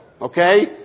Okay